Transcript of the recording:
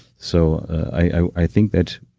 so i think that